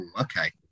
okay